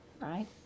right